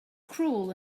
cruel